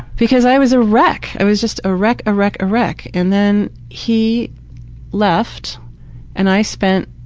because i was a wreck. i was just a wreck, a wreck, a wreck. and then he left and i spent